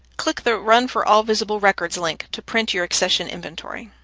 click the run for all visible records link to print your accession inventory.